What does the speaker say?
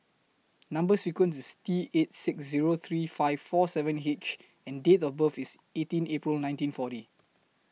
Number sequence IS T eight six Zero three five four seven H and Date of birth IS eighteen April nineteen forty